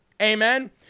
Amen